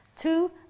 Two